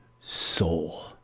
soul